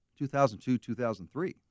2002-2003